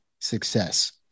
success